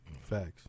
Facts